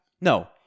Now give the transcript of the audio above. No